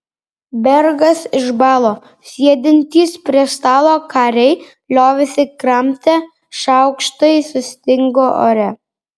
bergas išbalo sėdintys prie stalo kariai liovėsi kramtę šaukštai sustingo ore